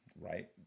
right